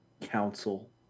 council